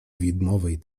widmowej